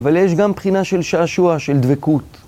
אבל יש גם בחינה של שעשוע, של דבקות.